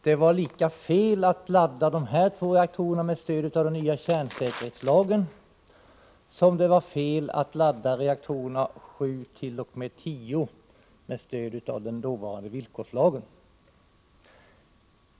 Det var lika felaktigt att ladda dessa två reaktorer med stöd av den nya kärnsäkerhetslagen som det var att ladda reaktorerna 7—-10 med stöd av den dåvarande villkorslagen.